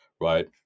right